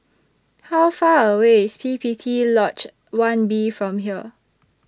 How Far away IS P P T Lodge one B from here